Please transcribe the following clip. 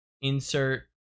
insert